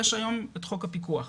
יש היום את חוק הפיקוח.